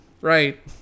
Right